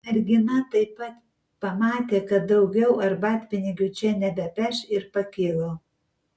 mergina taip pat pamatė kad daugiau arbatpinigių čia nebepeš ir pakilo